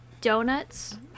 donuts